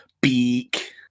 Beak